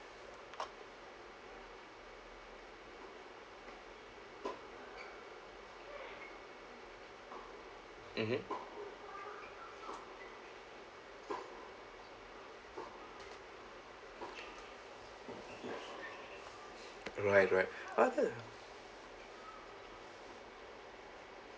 mmhmm right right rather ah